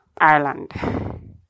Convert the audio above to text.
Ireland